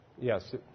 Yes